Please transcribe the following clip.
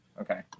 Okay